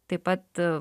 taip pat